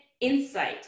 insight